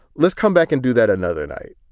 let's come back and do that another night,